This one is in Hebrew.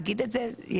רק המטופל,